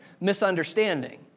misunderstanding